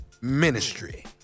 Ministry